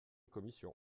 commission